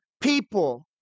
people